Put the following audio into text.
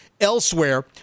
Elsewhere